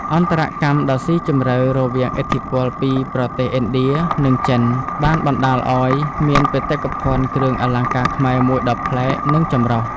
អន្តរកម្មដ៏ស៊ីជម្រៅរវាងឥទ្ធិពលពីប្រទេសឥណ្ឌា និងចិន បានបណ្តាលឱ្យមានបេតិកភណ្ឌគ្រឿងអលង្ការខ្មែរមួយដ៏ប្លែក និងចម្រុះ។